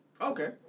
Okay